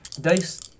Dice